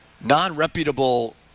non-reputable